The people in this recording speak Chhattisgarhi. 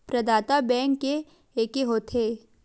प्रदाता बैंक के एके होथे?